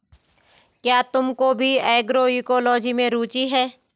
क्या तुमको भी एग्रोइकोलॉजी में रुचि है?